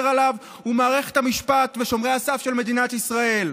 עליו הוא מערכת המשפט ושומרי הסף של מדינת ישראל.